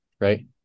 right